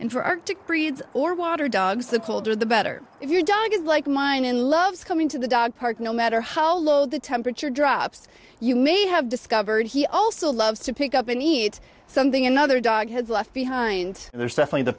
and for arctic breeds or water dogs the colder the better if your dog is like mine and loves coming to the dog park no matter how low the temperature drops you may have discovered he also loves to pick up the needs something another dog had left behind and there's definitely the